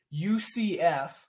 UCF